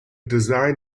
design